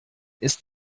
ist